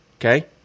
Okay